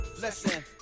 Listen